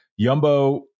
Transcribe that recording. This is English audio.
Yumbo